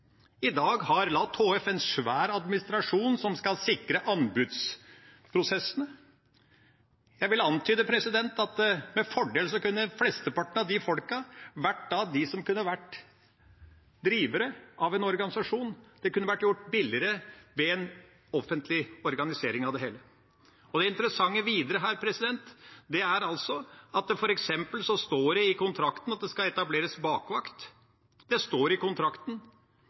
I dag har Luftambulansen HF en svær administrasjon som skal sikre anbudsprosessene. Jeg vil antyde at flesteparten av de folkene med fordel kunne vært de som kunne vært drivere av en organisasjon. Det kunne vært gjort billigere med en offentlig organisering av det hele. Det interessante videre her er at det f.eks. står i kontrakten at det skal etableres bakvakt. Det står i kontrakten.